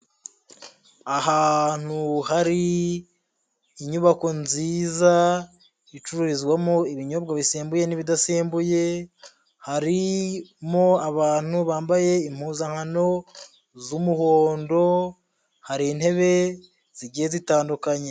Ahantu hari inyubako nziza icururizwamo ibinyobwa bisembuye n'ibidasembuye harimo abantu bambaye impuzankano z'umuhondo, hari intebe zigiye zitandukanye.